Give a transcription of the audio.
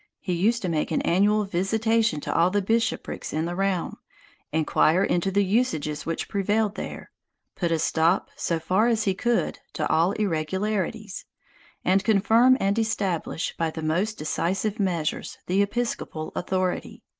he used to make an annual visitation to all the bishoprics in the realm inquire into the usages which prevailed there put a stop, so far as he could, to all irregularities and confirm and establish, by the most decisive measures, the episcopal authority.